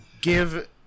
give